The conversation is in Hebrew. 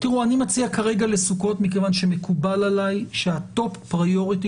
אני מציע כרגע לסוכות מכיוון שמקובל עליי שהטופ פריוריטי